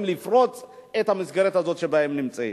לפרוץ את המסגרת הזאת שבה הן נמצאות.